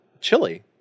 Chili